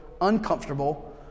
uncomfortable